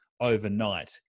overnight